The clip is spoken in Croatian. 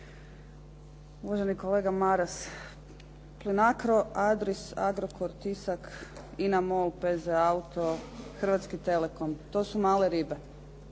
Uvaženi kolega Maras, Plinacro, Adris, Agrocor, Tisak, INA MOL, PZ Auto, Hrvatski Telekom, to su male ribe,